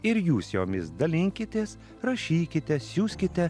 ir jūs jomis dalinkitės rašykite siųskite